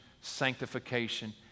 sanctification